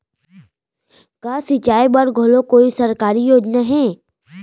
का सिंचाई बर घलो कोई सरकारी योजना हे?